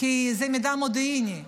כי זה מידע מודיעיני.